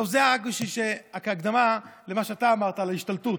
טוב, זה רק כהקדמה למה שאתה אמרת על ההשתלטות.